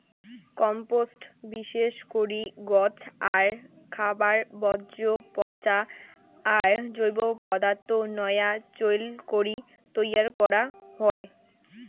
compost বিশেষ করি গছ আর খাবার বর্জ্য পচা আর জৈব পদার্থ নয়া চইল করি তৈয়ার করা হই